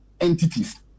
entities